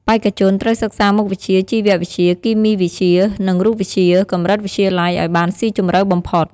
បេក្ខជនត្រូវសិក្សាមុខវិជ្ជាជីវវិទ្យា គីមីវិទ្យា និងរូបវិទ្យា កម្រិតវិទ្យាល័យឲ្យបានស៊ីជម្រៅបំផុត។